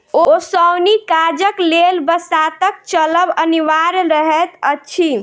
ओसौनी काजक लेल बसातक चलब अनिवार्य रहैत अछि